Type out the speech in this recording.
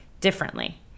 differently